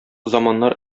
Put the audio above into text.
заманнар